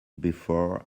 before